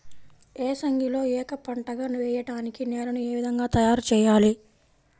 ఏసంగిలో ఏక పంటగ వెయడానికి నేలను ఏ విధముగా తయారుచేయాలి?